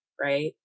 Right